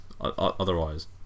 otherwise